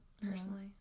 personally